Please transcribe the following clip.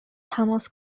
تماس